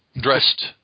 dressed